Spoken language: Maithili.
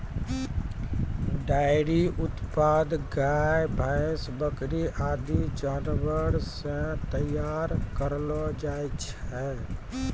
डेयरी उत्पाद गाय, भैंस, बकरी आदि जानवर सें तैयार करलो जाय छै